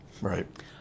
Right